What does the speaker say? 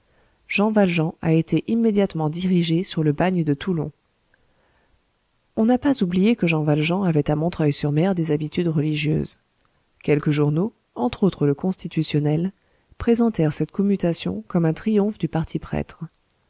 jean valjean a été immédiatement dirigé sur le bagne de toulon on n'a pas oublié que jean valjean avait à montreuil sur mer des habitudes religieuses quelques journaux entre autres le constitutionnel présentèrent cette commutation comme un triomphe du parti prêtre